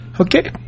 okay